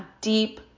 deep